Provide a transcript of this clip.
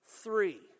Three